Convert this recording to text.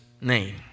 name